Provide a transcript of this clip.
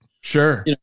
Sure